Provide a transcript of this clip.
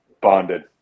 bonded